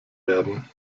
werden